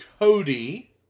Cody